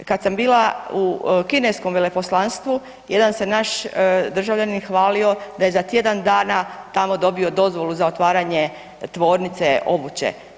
Kad sam bila u kineskom veleposlanstvu jedan se naš državljanin hvalio da je za tjedan dana tamo dobio dozvolu za otvaranje tvornice obuće.